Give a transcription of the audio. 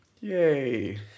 Yay